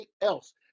else